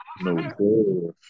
No